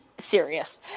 serious